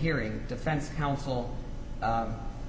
hearing defense counsel